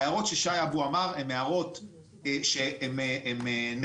ההערות ששי אבו העיר הן הערות שהן נכונות